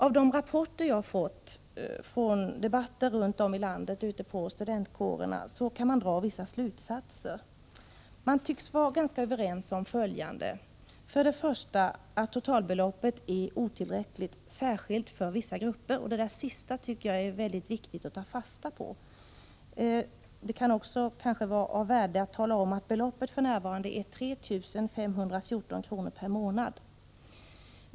Av de rapporter jag fått från debatter runt om i landet på studentkårerna kan man dra vissa slutsatser. Man tycks vara ganska överens om att totalbeloppet är otillräckligt, särskilt för vissa grupper. Detta sista tycker jag att det är väldigt viktigt att ta fasta på. Det kan också vara värt att tala om att beloppet för närvarande är 3 514 kr. per månad.